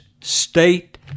state